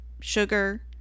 Sugar